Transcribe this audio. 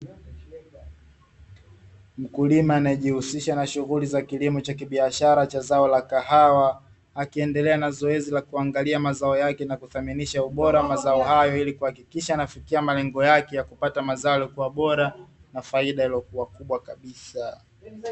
Mkulima anayejihusisha na shughuli za kilimo cha kibiashara cha zao la kahawa akiendelea na zoezi la kuangalia mazao yake na kuthaminisha ubora wa mazao hayo ili kuhakikisha anafikia malengo yake ya kupata mazao yaliyokuwa bora na faida iliyokuwa kubwa kabisa.